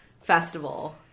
festival